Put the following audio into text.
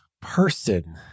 person